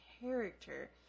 character